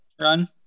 run